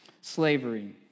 slavery